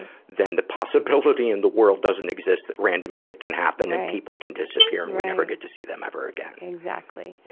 then the possibility in the world doesn't exist that random shit can happen and people can disappear and we never get to see them ever again. dr. exactly. yeah